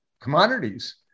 commodities